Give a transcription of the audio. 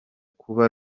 kuba